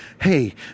hey